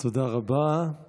תודה רבה, אדוני.